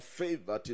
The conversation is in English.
favor